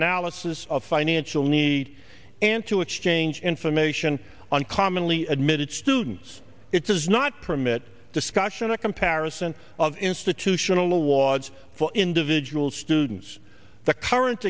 analysis of financial needs and to exchange information on commonly admitted students it does not permit discussion a comparison of institutional was for individual students the current